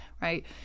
right